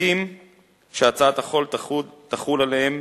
הספקים שהצעת החוק תחול עליהם